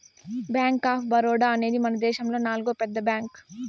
bank of Baroda అనేది మనదేశములో నాల్గో పెద్ద బ్యాంక్